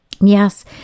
Yes